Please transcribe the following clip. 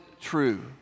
true